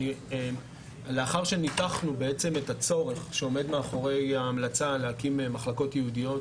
לאחר שניתחנו את הצורך שעומד מאחורי ההמלצה להקים מחלקות ייעודיות,